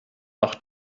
noch